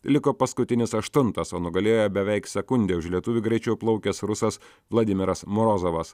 liko paskutinis aštuntas o nugalėjo beveik sekunde už lietuvį greičiau plaukęs rusas vladimiras morozovas